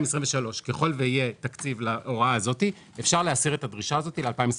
ככל שיהיה תקציב להוראה הזאת אפשר להסיר את הדרישה הזאת ל-2023.